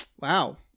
wow